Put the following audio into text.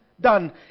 done